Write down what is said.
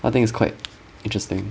I think it's quite interesting